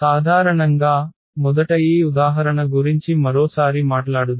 సాధారణంగా మొదటి ఉదాహరణ గురించి మరోసారి మాట్లాడుదాం